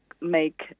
make